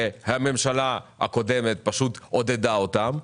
שהממשלה הקודמת פשוט עודדה אותם.